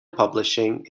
publishing